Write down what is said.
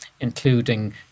including